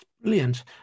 Brilliant